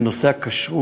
פקחים, בנושא הכשרות.